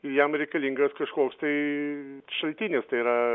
jam reikalingas kažkoks tai šaltinis tai yra